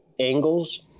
angles